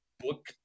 book